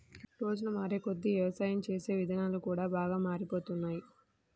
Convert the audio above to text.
రోజులు మారేకొద్దీ యవసాయం చేసే ఇదానాలు కూడా బాగా మారిపోతున్నాయ్